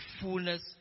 fullness